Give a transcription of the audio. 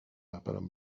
رهبران